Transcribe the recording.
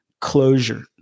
closure